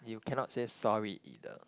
you cannot say sorry either